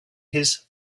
his